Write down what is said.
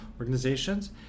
organizations